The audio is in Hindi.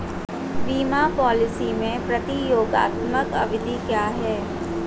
बीमा पॉलिसी में प्रतियोगात्मक अवधि क्या है?